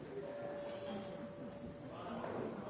jeg